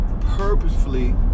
purposefully